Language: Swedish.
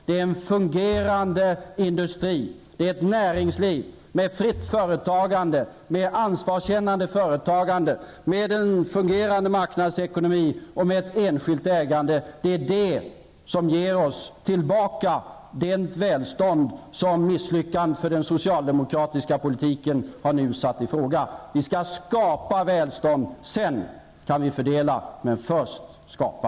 Det är en fungerande industri, ett näringsliv med fritt och ansvarskännande företagande, med en fungerande marknadsekonomi och med ett enskilt ägande, som ger oss tillbaka det välstånd som misslyckandet för den socialdemokratiska politiken nu satt i fråga. Vi skall skapa välstånd. Sedan kan vi fördela -- men först skapa.